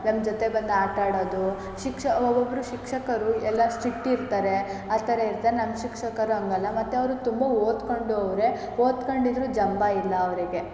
ನಮ್ಮ ಜೊತೆ ಬಂದು ಆಟ ಆಡೋದು ಶಿಕ್ಷ ಒಬ್ಬೊಬ್ಬರು ಶಿಕ್ಷಕರು ಎಲ್ಲ ಸ್ಟ್ರಿಕ್ಟ್ ಇರ್ತಾರೆ ಆ ಥರ ಇರ್ತಾರೆ ನಮ್ಮ ಶಿಕ್ಷಕರು ಹಾಗಲ್ಲ ಮತ್ತು ಅವರು ತುಂಬ ಓದಿಕೊಂಡು ಅವರೇ ಓದ್ಕೊಂಡಿದ್ರು ಜಂಬವಿಲ್ಲ ಅವರಿಗೆ